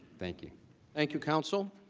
thank you thank you counsel.